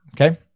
Okay